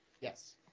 Yes